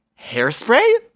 hairspray